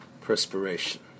Perspiration